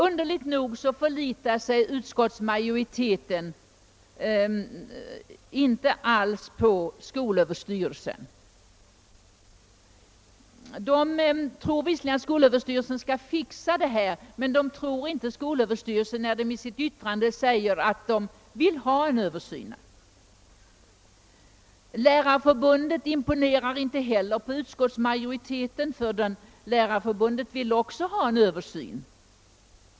Underligt nog förlitar sig utskottsmajoriteten inte alls på skolöverstyrelsen. Den tror visserligen att skolöverstyrelsen skall »fixa» detta men tror inte skolöverstyrelsen när den i sitt yttran de säger att den vill ha en översyn. Lärarförbundet imponerar inte heller på utskottsmajoriteten — det vill också ha en översyn.